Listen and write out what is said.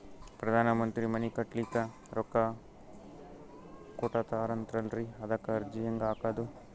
ಪ್ರಧಾನ ಮಂತ್ರಿ ಮನಿ ಕಟ್ಲಿಕ ರೊಕ್ಕ ಕೊಟತಾರಂತಲ್ರಿ, ಅದಕ ಅರ್ಜಿ ಹೆಂಗ ಹಾಕದು?